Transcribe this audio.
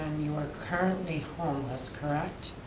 you are currently homeless, correct?